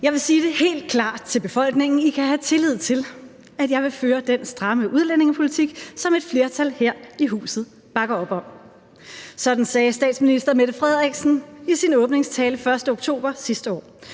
»Jeg vil sige helt klart til befolkningen: I kan have tillid til, at jeg vil føre den stramme udlændingepolitik, som et flertal her i huset bakker op om.« Sådan sagde statsministerMette Frederiksen i sin åbningstale den 1. oktober sidste år.